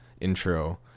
intro